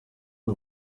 nur